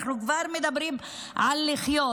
אנחנו כבר מדברים על לחיות,